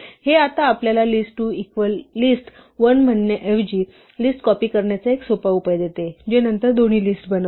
हे आता आपल्याला लिस्ट 2 इक्वल लिस्ट 1 म्हणण्याऐवजी लिस्ट कॉपी करण्याचा एक सोपा उपाय देते जे नंतर दोन्ही लिस्ट बनवते